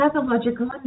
pathological